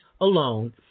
alone